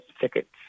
tickets